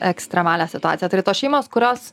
ekstremalią situaciją tai yra tos šeimos kurios